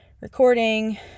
recording